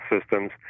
systems